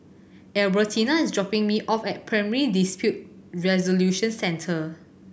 Albertina is dropping me off at Primary Dispute Resolution Centre